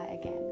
again